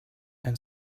and